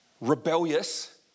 rebellious